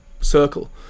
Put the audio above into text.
circle